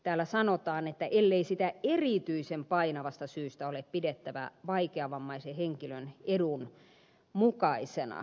täällä sanotaan että ellei sitä erityisen painavasta syystä ole pidettävä vaikeavammaisen henkilön edun mukaisena